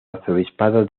arzobispo